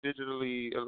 digitally